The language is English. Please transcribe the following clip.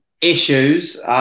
issues